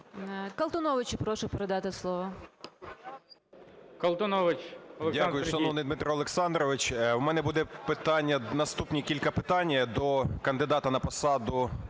Дякую, шановний Дмитро Олександровичу. В мене буде питання, наступні кілька питань до кандидата на посаду